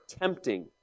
tempting